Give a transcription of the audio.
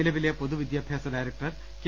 നിലവിലെ പൊതു വിദ്യാഭ്യാസ് ഡയറക്ടർ കെ